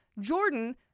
Jordan